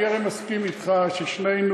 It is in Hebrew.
הרי אני מסכים אתך ששנינו,